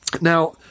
Now